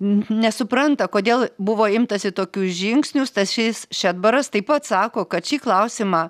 nesupranta kodėl buvo imtasi tokių žingsnių stasys šedbaras taip pat sako kad šį klausimą